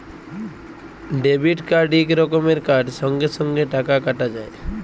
debit card ইক রকমের card সঙ্গে সঙ্গে টাকা কাটা যায়